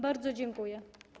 Bardzo dziękuję.